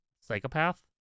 psychopath